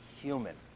human